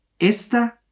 Esta